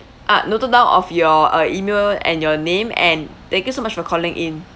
ah noted down of your uh email and your name and thank you so much for calling in